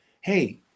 Hey